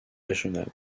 régional